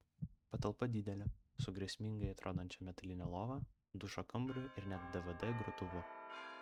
patalpa didelė su grėsmingai atrodančia metaline lova dušo kambariu ir net dvd grotuvu